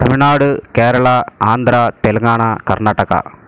Tamil Nadu Kerala Andhra Telangana Karnataka